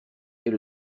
est